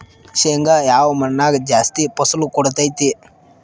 ಶೇಂಗಾ ಯಾವ ಮಣ್ಣಾಗ ಜಾಸ್ತಿ ಫಸಲು ಕೊಡುತೈತಿ?